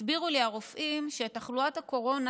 הסבירו לי הרופאים שאת תחלואת הקורונה